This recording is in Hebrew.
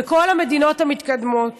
בכל המדינות המתקדמות